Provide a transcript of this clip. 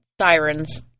sirens